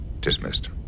Dismissed